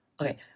okay